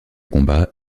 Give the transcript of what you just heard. combat